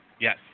Yes